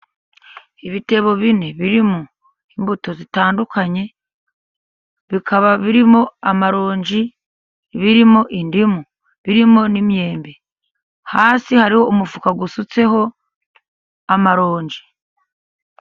Ibitebo bine birimo imbuto zitandukanye, bikaba birimo amaronji, birimo indimu, birimo n'imyembe. Hasi hari umufuka usutseho amaronji.